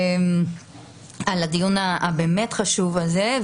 על הדיון הבאמת חשוב הזה,